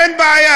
אין בעיה.